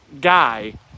guy